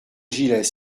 gilet